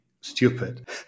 stupid